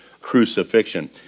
crucifixion